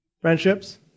Friendships